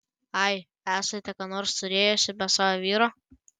ai esate ką nors turėjusi be savo vyro